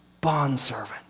bondservant